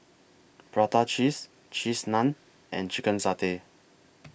Prata Cheese Cheese Naan and Chicken Satay